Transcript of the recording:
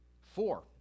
Four